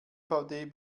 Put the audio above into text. dvd